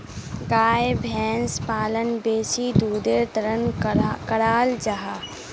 गाय भैंस पालन बेसी दुधेर तंर कराल जाहा